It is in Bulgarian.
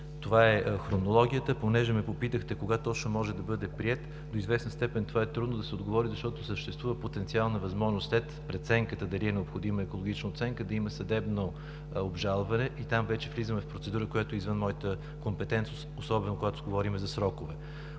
Това е хронологията. Понеже ме попитахте кога точно може да бъде приет, до известна степен това е трудно да се отговори, защото съществува потенциална възможност след преценката дали е необходима екологична оценка, да има съдебно обжалване и там вече влизаме в процедура, която е извън моята компетентност, особено когато говорим за срокове.